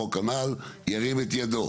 ירים את ידו.